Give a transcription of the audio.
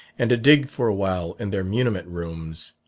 and to dig for a while in their muniment-rooms.